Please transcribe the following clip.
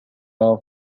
are